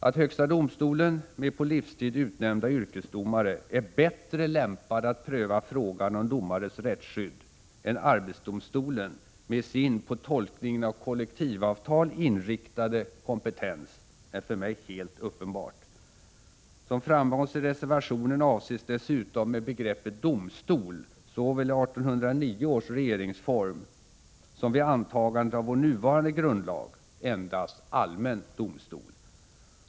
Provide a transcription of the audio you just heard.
Att högsta domstolen — med på livstid utnämnda yrkesdomare — är bättre lämpad att pröva frågan om domares rättsskydd än arbetsdomstolen med sin på tolkningen av kollektivavtal inriktade kompetens är för mig helt uppenbart. Som framhålls i reservationen avses dessutom med begreppet domstol såväl i 1809 års regeringsform som vid antagandet av vår nuvarande grundlag endast allmän domstol.